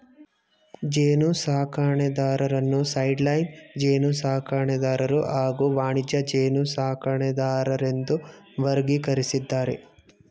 ಜೇನುಸಾಕಣೆದಾರರನ್ನು ಸೈಡ್ಲೈನ್ ಜೇನುಸಾಕಣೆದಾರರು ಹಾಗೂ ವಾಣಿಜ್ಯ ಜೇನುಸಾಕಣೆದಾರರೆಂದು ವರ್ಗೀಕರಿಸಿದ್ದಾರೆ